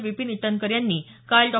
विपीन इटनकर यांनी काल डॉ